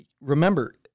remember